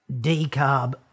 decarb